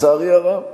לצערי הרב.